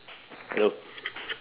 hello